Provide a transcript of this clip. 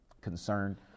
concern